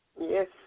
Yes